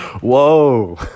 Whoa